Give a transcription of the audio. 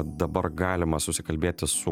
dabar galima susikalbėti su